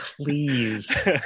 please